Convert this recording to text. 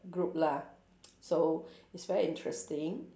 group lah so it's very interesting